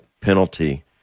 penalty